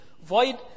Void